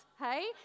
hey